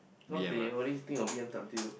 not they only thinks of B_M_W